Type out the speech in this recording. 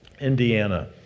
Indiana